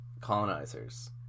colonizers